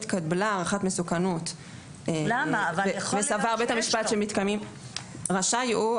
התקבלה הערכת מסוכנות וסבר בית המשפט שמתקיימים וכולי.